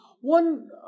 one